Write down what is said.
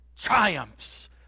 triumphs